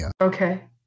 Okay